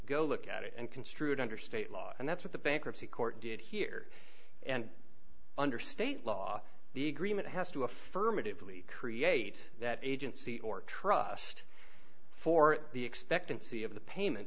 go look at it and construe it under state law and that's what the bankruptcy court did here and under state law the agreement has to affirmatively create that agency or trust for the expectancy of the payment